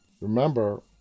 remember